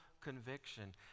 conviction